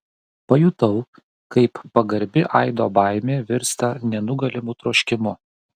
pajutau kaip pagarbi aido baimė virsta nenugalimu troškimu